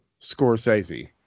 Scorsese